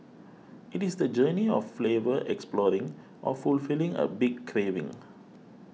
it is the journey of flavor exploring or fulfilling a big craving